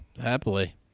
happily